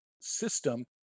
system